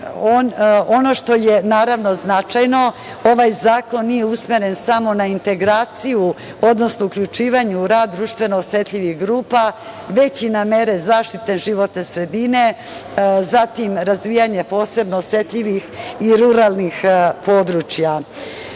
što je značajno, ovaj zakon nije usmeren samo na integraciju, odnosno uključivanje u rad društveno osetljivih grupa, već i na mere zaštite životne sredine, zatim razvijanje posebno osetljivih i ruralnih područja. Poruka